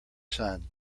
sun